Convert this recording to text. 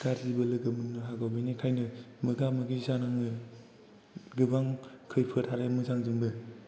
गाज्रिबो लोगो मोननो हागौ बेनिखायनो मोगा मोगि जानाङो गोबां खैफोद आरो मोजांजोंबो